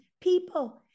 people